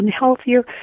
unhealthier